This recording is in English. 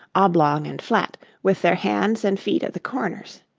oblong and flat, with their hands and feet at the corners